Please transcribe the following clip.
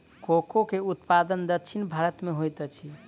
cocoa के उत्पादन दक्षिण भारत में होइत अछि